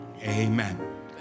Amen